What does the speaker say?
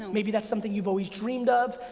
maybe that's something you've always dreamed of.